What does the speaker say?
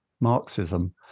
Marxism